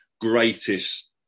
greatest